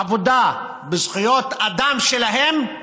עבודה, בזכויות אדם שלהם,